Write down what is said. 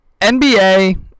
NBA